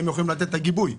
הם יכולים לתת את הגיבוי.